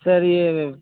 سر یہ